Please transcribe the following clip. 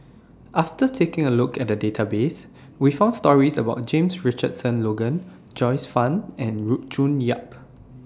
after taking A Look At The Database We found stories about James Richardson Logan Joyce fan and June Yap